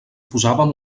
posàvem